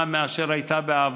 מהתקציב, לפחות במשרד